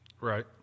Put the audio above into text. Right